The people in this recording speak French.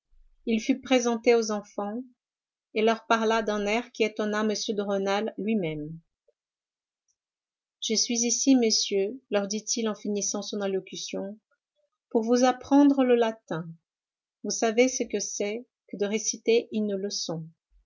il fut présenté aux enfants et leur parla d'un air qui étonna m de rênal lui-même je suis ici messieurs leur dit-il en finissant son allocution pour vous apprendre le latin vous savez ce que c'est que de réciter une leçon